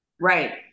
right